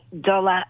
dollar